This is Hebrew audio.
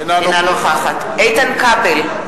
אינה נוכחת איתן כבל,